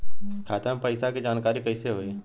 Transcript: खाता मे पैसा के जानकारी कइसे होई?